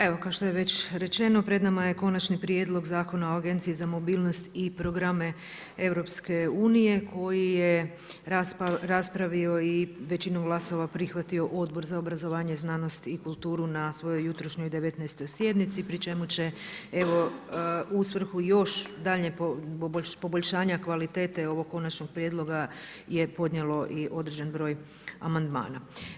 Evo kao što je već rečeno pred nama je Konačni prijedlog Zakona o Agenciji za mobilnost i programe EU koji je raspravio i većinu glasova prihvatio Odbor za obrazovanje, znanost i kulturu na svojoj jutrošnjoj 19. sjednici pri čemu će evo u svrhu još daljnjeg poboljšanja kvalitete ovog konačnog prijedloga je podnijelo i određen broj amandmana.